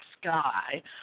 sky